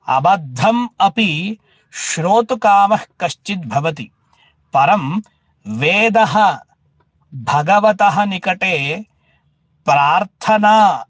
अबद्धम् अपि श्रोतुकामः कश्चिद्भवति परं वेदः भगवतः निकटे प्रार्थना